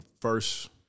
first